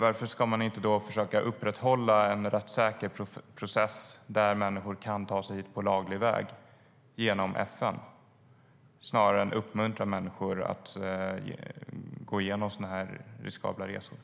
Varför ska man då inte försöka upprätthålla en rättssäker process där människor kan ta sig hit på laglig väg, genom FN, snarare än att uppmuntra människor att göra sådana riskabla resor?